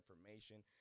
information